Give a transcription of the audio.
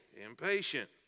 impatient